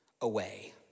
away